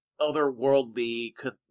otherworldly